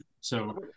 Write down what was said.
So-